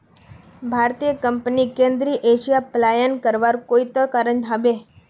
भारतीय कंपनीक केंद्रीय एशिया पलायन करवार कोई त कारण ह बे